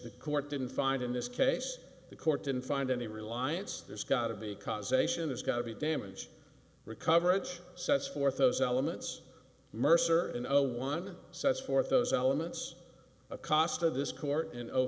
the court didn't find in this case the court didn't find any reliance there's got to be causation it's got to be damage recover it sets forth those elements mercer and no one sets forth those elements a cost of this court in